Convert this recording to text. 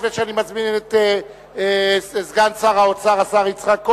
לפני שאני מזמין את סגן שר האוצר השר יצחק כהן,